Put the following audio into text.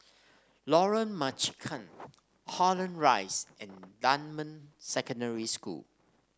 Lorong Marican Holland Rise and Dunman Secondary School